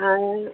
ಹಾಂ